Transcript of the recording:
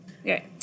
Okay